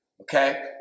okay